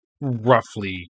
roughly